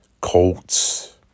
Colts